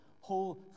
whole